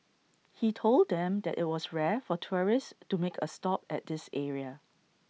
he told them that IT was rare for tourists to make A stop at this area